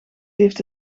heeft